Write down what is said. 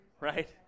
right